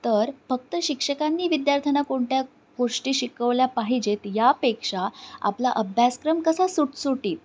तर फक्त शिक्षकांनी विद्यार्थ्यांना कोणत्या गोष्टी शिकवल्या पाहिजेत यापेक्षा आपला अभ्यासक्रम कसा सुटसुटीत